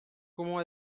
comment